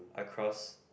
across